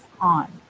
on